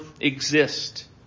exist